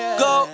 go